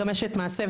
גם אשת מעשה,